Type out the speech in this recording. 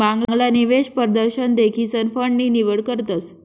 मांगला निवेश परदशन देखीसन फंड नी निवड करतस